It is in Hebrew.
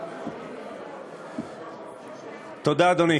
תודה, אדוני.